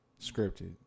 Scripted